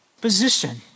position